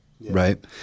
right